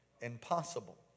impossible